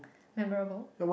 memorable